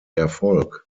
erfolg